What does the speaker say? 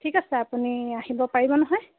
ঠিক আছে আপুনি আহিব পাৰিব নহয়